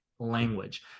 language